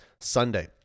Sunday